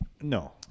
No